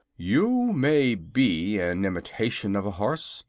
you may be an imitation of a horse,